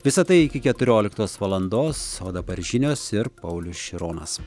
visa tai iki keturioliktos valandos o dabar žinios ir paulius šironas